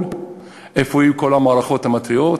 איפה היו כל המערכות המתריעות,